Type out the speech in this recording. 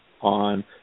on